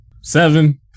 Seven